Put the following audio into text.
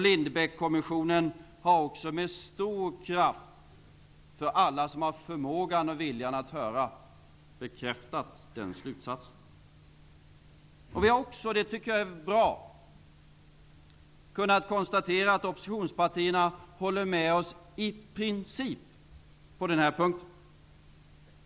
Lindbeckkommissionen har också med stor kraft bekräftat den slutsatsen, för alla som har förmågan och viljan att höra. Vi har också -- det är bra -- kunnat konstatera att oppositionspartierna håller med oss, i princip, på den punkten.